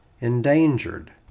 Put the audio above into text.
endangered